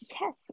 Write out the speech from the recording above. Yes